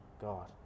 God